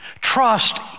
Trust